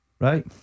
Right